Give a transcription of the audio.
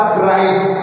Christ